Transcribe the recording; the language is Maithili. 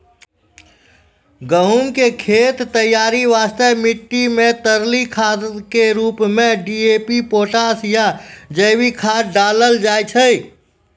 गहूम के खेत तैयारी वास्ते मिट्टी मे तरली खाद के रूप मे डी.ए.पी पोटास या जैविक खाद डालल जाय छै